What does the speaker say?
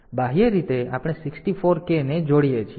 તેથી બાહ્ય રીતે આપણે 64K ને જોડીએ છીએ